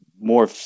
more